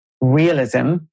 realism